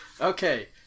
Okay